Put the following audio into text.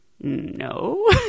no